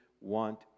want